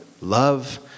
love